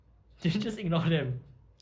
could you just ignore them